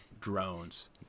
drones